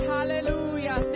Hallelujah